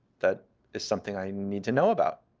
that is something i need to know about.